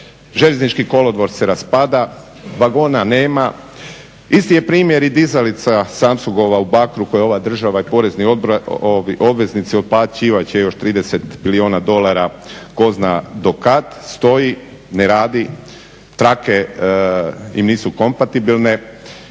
željeznički kolodvor se raspada, vagona nema. Isti je primjer i dizalica Samsungova u Bakru koju je ova država i porezni obveznici otplaćivat će još 30 bilijuna dolara, ko zna do kada, stoji, ne radi, trake im nisu kompatibilne